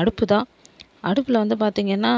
அடுப்பு தான் அடுப்பில் வந்து பார்த்திங்கனா